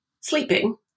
sleeping